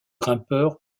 grimpeur